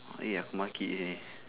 that ya monkeying